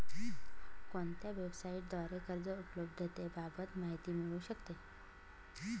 कोणत्या वेबसाईटद्वारे कर्ज उपलब्धतेबाबत माहिती मिळू शकते?